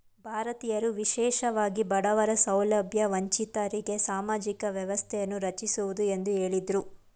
ಭಾರತೀಯರು ವಿಶೇಷವಾಗಿ ಬಡವರ ಸೌಲಭ್ಯ ವಂಚಿತರಿಗೆ ಸಾಮಾಜಿಕ ವ್ಯವಸ್ಥೆಯನ್ನು ರಚಿಸುವುದು ಎಂದು ಹೇಳಿದ್ರು